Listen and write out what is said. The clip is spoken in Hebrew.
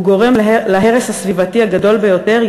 גורם להרס הסביבתי הגדול ביותר,